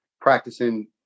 practicing